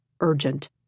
urgent